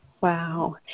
wow